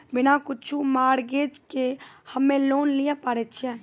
बिना कुछो मॉर्गेज के हम्मय लोन लिये पारे छियै?